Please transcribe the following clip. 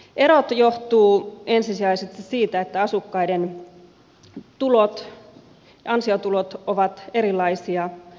erot johtuvat ensisijaisesti siitä että asukkaiden tulot ansiotulot ovat erilaisia